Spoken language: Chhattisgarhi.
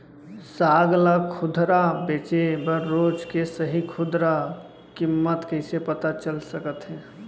साग ला खुदरा बेचे बर रोज के सही खुदरा किम्मत कइसे पता चल सकत हे?